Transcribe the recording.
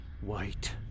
white